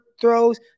throws